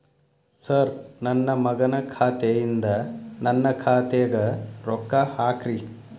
sir ನನ್ನ ಮಗನ ಖಾತೆ ಯಿಂದ ನನ್ನ ಖಾತೆಗ ರೊಕ್ಕಾ ಹಾಕ್ರಿ